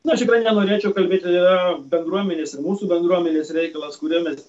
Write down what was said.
na aš tikrai nenorėčiau kalbėti bendruomenės mūsų bendruomenės reikalas kurioj mes